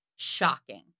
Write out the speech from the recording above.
Shocking